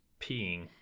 peeing